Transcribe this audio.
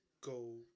go